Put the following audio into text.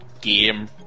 game